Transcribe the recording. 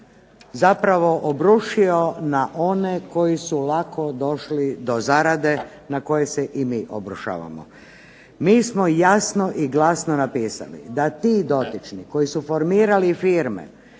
zapravo obrušio na one koji su lako došli do zarade, na koji se i mi obrušavamo. Mi smo jasno i glasno napisali da ti dotični koji su formirali firme